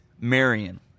Marion